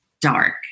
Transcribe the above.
Dark